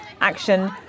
action